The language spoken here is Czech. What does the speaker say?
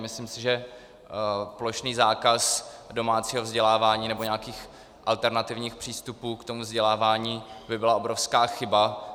Myslím si, že plošný zákaz domácího vzdělávání nebo nějakých alternativních přístupů k tomu vzdělávání by byla obrovská chyba.